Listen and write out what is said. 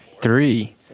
three